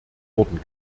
wurden